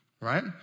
right